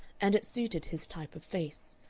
and it suited his type of face,